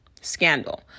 scandal